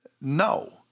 no